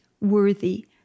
worthy